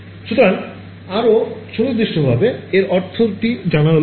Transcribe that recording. সুতরাং আরও সুনির্দিষ্টভাবে এর অর্থ এটি জানা গেল